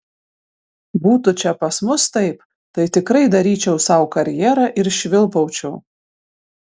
būtų čia pas mus taip tai tikrai daryčiau sau karjerą ir švilpaučiau